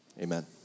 Amen